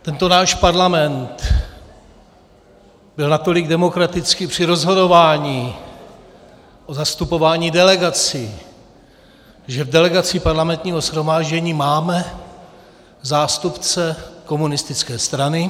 Tento náš parlament byl natolik demokratický při rozhodování o zastupování delegací, že v delegaci parlamentního shromáždění máme zástupce komunistické strany.